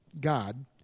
God